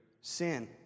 sin